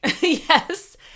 Yes